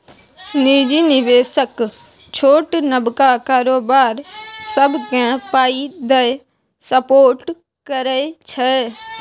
निजी निबेशक छोट नबका कारोबार सबकेँ पाइ दए सपोर्ट करै छै